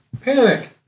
panic